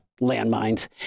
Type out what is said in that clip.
landmines